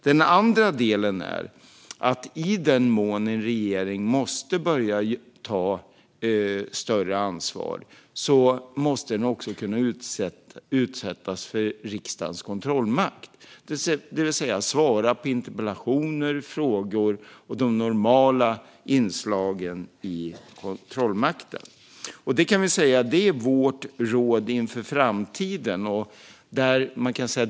Den andra delen är att i den mån en regering börjar ta större ansvar måste den också kunna utsättas för riksdagens kontrollmakt, det vill säga svara på interpellationer och frågor - de normala inslagen i kontrollmakten. Detta är vårt råd inför framtiden.